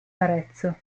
arezzo